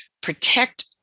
protect